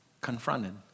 confronted